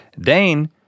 Dane